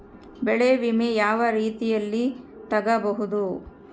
ಬೆಳೆ ವಿಮೆ ಯಾವ ರೇತಿಯಲ್ಲಿ ತಗಬಹುದು?